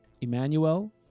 Emmanuel